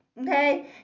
okay